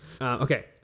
okay